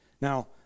now